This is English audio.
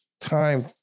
time